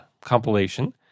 compilation